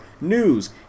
news